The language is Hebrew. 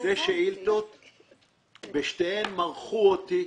שתי שאילתות ובשתיהן מרחו אותי.